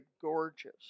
gorgeous